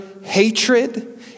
hatred